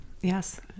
Yes